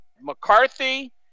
McCarthy